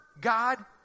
God